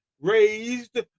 raised